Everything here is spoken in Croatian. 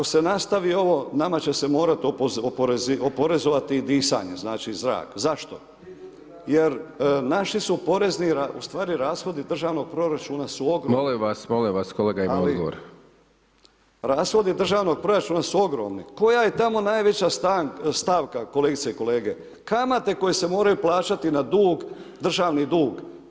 Vidite ako se nastavi ovo nama će se morati oporezovat i disanje znači zrak, zašto, jer naši su porezni u stvari rashodi državnog proračuna su ogromni [[Upadica: Molim vas, molim vas kolega ima odgovor.]] rashodi državnog proračuna su ogromni koja je tamo najveća stavka kolegice i kolege, kamate koje se moraju plaćati na dug, državni dug.